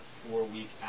four-week